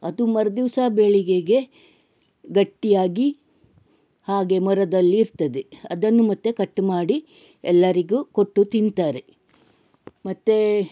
ಅದು ಮರು ದಿವಸ ಬೆಳಿಗ್ಗೆಗೆ ಗಟ್ಟಿಯಾಗಿ ಹಾಗೆ ಮೊರದಲ್ಲಿ ಇರ್ತದೆ ಅದನ್ನು ಮತ್ತೆ ಕಟ್ ಮಾಡಿ ಎಲ್ಲರಿಗೂ ಕೊಟ್ಟು ತಿಂತಾರೆ ಮತ್ತು